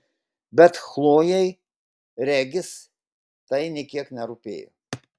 bet chlojei regis tai nė kiek nerūpėjo